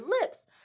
lips